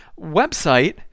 website